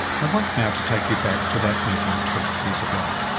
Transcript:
i want now to take you back to that meeting twenty years ago.